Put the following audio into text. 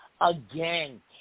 Again